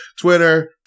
Twitter